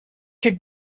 could